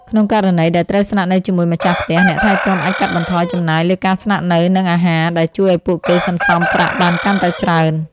ក្នុងករណីដែលត្រូវស្នាក់នៅជាមួយម្ចាស់ផ្ទះ អ្នកថែទាំអាចកាត់បន្ថយចំណាយលើការស្នាក់នៅ និងអាហារ ដែលជួយឱ្យពួកគេសន្សំប្រាក់បានកាន់តែច្រើន។